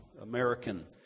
American